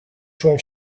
czułem